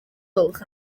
gwelwch